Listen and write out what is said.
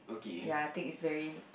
ya I think it's very